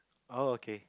oh okay